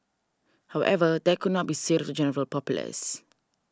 however that could not be said of the general populace